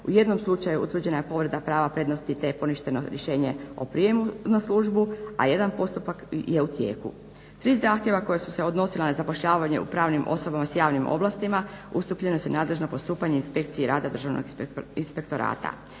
u 1 slučaju utvrđena je povreda prednosti te je poništeno rješenje o prijemu u službu a 1 postupak je u tijeku. 3 zahtjeva koja su se odnosila na zapošljavanje u pravnim osobama s javnim ovlastima ustupljena su nadležno postupanje inspekcije rada Državnog inspektorata.